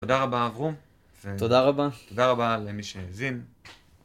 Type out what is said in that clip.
תודה רבה אברום. תודה רבה. תודה רבה למי שהאזין.